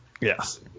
Yes